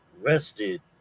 rested